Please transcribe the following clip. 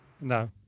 No